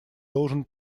должен